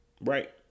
right